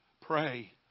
pray